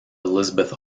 elizabeth